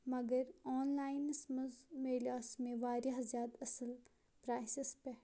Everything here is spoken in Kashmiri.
مگر آن لاینَس مَنٛز مِلیو سُہ مےٚ واریاہ زیادٕ اصٕل پرایسَس پٮ۪ٹھ